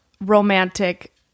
romantic